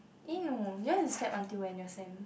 eh no yours is Sept until when your sem